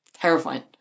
Terrifying